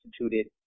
instituted